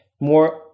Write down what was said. more